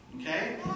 Okay